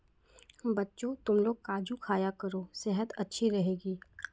बच्चों, तुमलोग काजू खाया करो सेहत अच्छी रहेगी